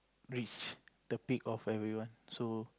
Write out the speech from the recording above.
reach the peak of everyone so